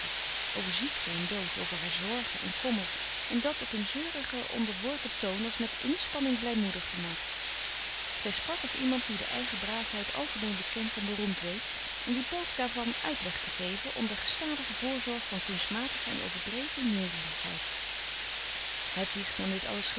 doods en dood over haar zorgen en kommer en dat op een zeurigen onderworpen toon als met inspanning blijmoedig gemaakt zij sprak als iemand die de eigen braafheid algemeen bekend en beroemd weet en die poogt daarvan uitleg te geven onder gestadige voorzorg van kunstmatige en overdreven nederigheid hedwig nam dit alles